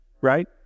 Right